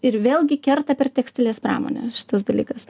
ir vėlgi kerta per tekstilės pramonę šitas dalykas